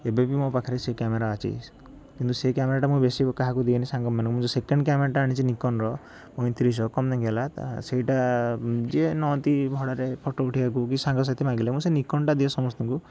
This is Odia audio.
ଏବେ ବି ମୋ ପାଖରେ ସେ କ୍ୟାମେରା ଅଛି କିନ୍ତୁ ସେ କ୍ୟାମେରାଟା ମୁଁ ବେଶୀ କାହାକୁ ଦିଏନି ସାଙ୍ଗମାନଙ୍କୁ ଯେଉଁ ସେକେଣ୍ଡ କ୍ୟାମେରା ଆଣିଛି ନିକୋନ ର ପଇଁତିରିଶ କମ ଦାମିକା ହେଲା ସେଇଟା ଯିଏ ନିଅନ୍ତି ଭଡ଼ାରେ ଫଟୋ ଉଠେଇବାକୁ ବି ସାଙ୍ଗସାଥୀ ମାଗିଲେ ମୁଁ ସେ ନିକୋନଟା ଦିଏ ସମସ୍ତଙ୍କୁ